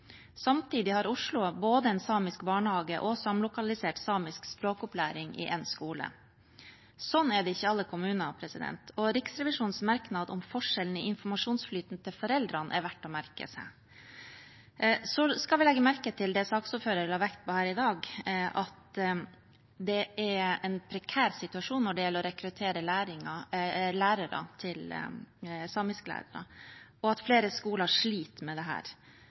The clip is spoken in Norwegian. Samtidig har Oslo både en samisk barnehage og samlokalisert samisk språkopplæring i én skole. Sånn er det ikke i alle kommuner, og Riksrevisjonens merknad om forskjellen i informasjonsflyten til foreldrene er verdt å merke seg. Så skal vi legge merke til det saksordføreren la vekt på her i dag, at det er en prekær situasjon når det gjelder å rekruttere samisklærere, og at flere skoler sliter med dette. I motsetning til det